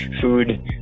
food